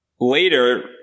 Later